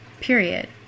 Period